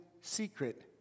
secret